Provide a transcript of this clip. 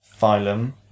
phylum